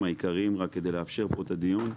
העיקריים רק כדי לאפשר פה את הדיון.